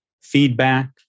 feedback